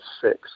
six